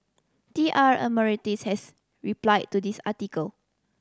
T R Emeritus has replied to this article